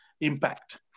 impact